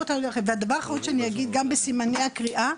הדבר האחרון שאני אגיד, גם בסימני הקריאה,